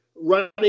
running